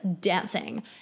dancing